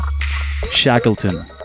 Shackleton